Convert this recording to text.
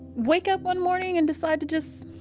wake up one morning and decide to just